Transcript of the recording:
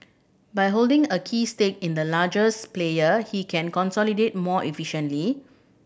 by holding a key stake in the largest player he can consolidate more efficiently